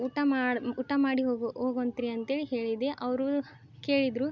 ಊಟ ಮಾಡಿ ಊಟ ಮಾಡಿ ಹೋಗು ಹೋಗ್ವಂತ್ರಿ ಅಂಥೇಳಿ ಹೇಳಿದ್ದೆ ಅವರು ಕೇಳಿದರು